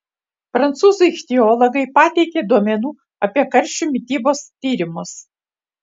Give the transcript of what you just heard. prancūzų ichtiologai pateikė duomenų apie karšių mitybos tyrimus